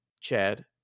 Chad